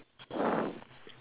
great